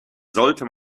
sollte